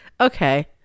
okay